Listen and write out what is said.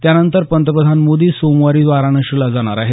त्यानंतर पंतप्रधान मोदी सोमवारी सोमवारी वाराणसीला जाणार आहेत